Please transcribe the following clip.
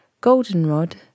Goldenrod